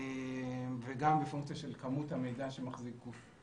וגם פונקציה של כמות המידע שמחזיק גוף